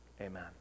Amen